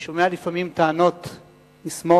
אני שומע לפעמים טענות משמאל,